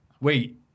wait